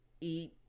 eat